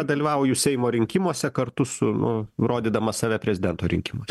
dalyvauju seimo rinkimuose kartu su nu rodydamas save prezidento rinkimuose